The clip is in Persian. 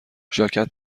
ژاکت